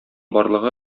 барлыгы